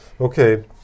okay